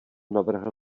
navrhl